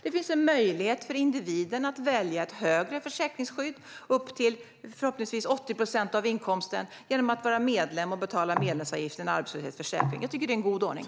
Det finns en möjlighet för individen att välja ett högre försäkringsskydd, upp till förhoppningsvis 80 procent av inkomsten, genom att vara medlem och betala medlemsavgiften till en arbetslöshetsförsäkring. Jag tycker att det är en god ordning.